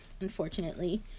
unfortunately